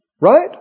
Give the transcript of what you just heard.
Right